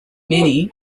many